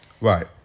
Right